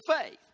faith